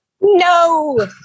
No